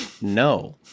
no